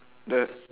the